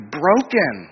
broken